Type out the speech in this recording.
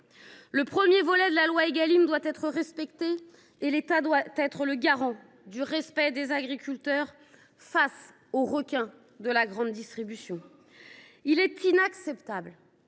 Le premier volet de la loi Égalim doit être respecté et l’État doit être le garant du respect des agriculteurs face aux requins de la grande distribution. Il est inacceptable